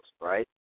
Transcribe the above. right